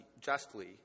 justly